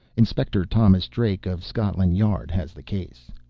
inspector thomas drake of scotland yard has the case.